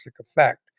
effect